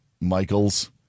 Michael's